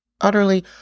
utterly